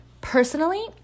Personally